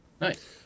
Nice